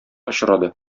очрады